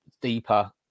deeper